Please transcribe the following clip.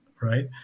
right